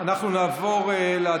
מחריבי הדמוקרטיה.